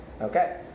Okay